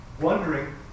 Wondering